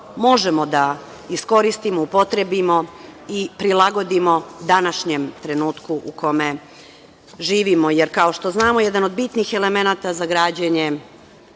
možemo da iskoristimo i upotrebimo i prilagodimo današnjem trenutku u kome živimo, jer kao što znamo, jedan od bitnih elemenata za građenje